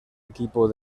equipo